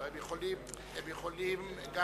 הם יכולים גם